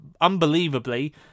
unbelievably